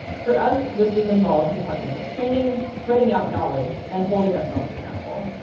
for us, this has involved departmental training, spreading out knowledge, and holding ourselves accountable.